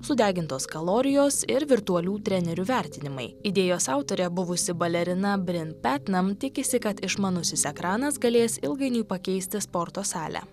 sudegintos kalorijos ir virtualių trenerių vertinimai idėjos autorė buvusi balerina brin petnam tikisi kad išmanusis ekranas galės ilgainiui pakeisti sporto salę